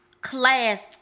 class